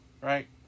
Right